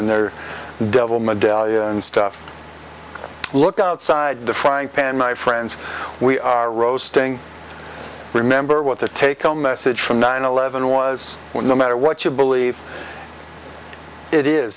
and their devil medallions stuff look outside the frying pan my friends we are roasting remember what the take home message from nine eleven was when no matter what you believe it is